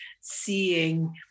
seeing